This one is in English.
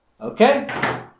okay